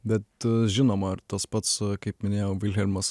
bet žinoma ar tas pats kaip minėjau vilhelmas